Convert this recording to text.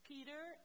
Peter